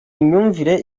imyumvire